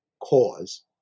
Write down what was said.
cause